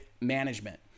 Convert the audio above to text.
management